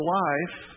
life